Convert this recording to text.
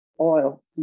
oil